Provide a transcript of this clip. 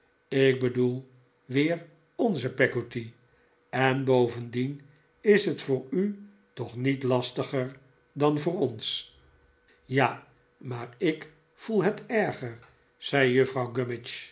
ik bedoel weer onze peggotty en bovendien is het voor u toch niet lastiger d an voor ons ja maar ik voel het erger zei juffrouw